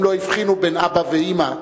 הם לא הבחינו בין אבא ואמא,